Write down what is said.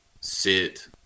sit